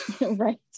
Right